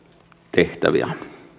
tehtäviä